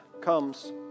comes